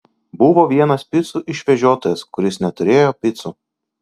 buvo vienas picų išvežiotojas kuris neturėjo picų